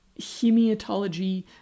hematology